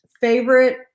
favorite